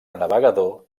navegador